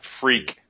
freak